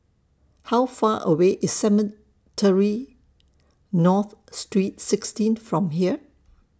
How Far away IS Cemetry North Street sixteen from here